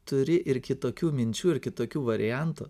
turi ir kitokių minčių ir kitokių variantų